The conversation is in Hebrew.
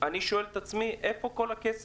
אני שואל את עצמי איפה כל ה-80 מיליארד